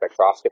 spectroscopy